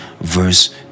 verse